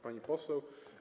Pani Poseł!